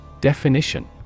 Definition